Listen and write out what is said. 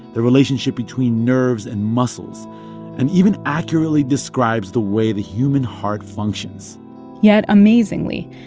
the relationship between nerves and muscles and even accurately describes the way the human heart functions yet, amazingly,